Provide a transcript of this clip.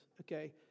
okay